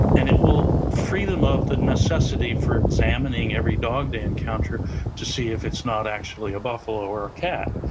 and it will free them of the necessity for examining every dog they encounter to see if it's not actually a buffalo or a cat.